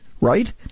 right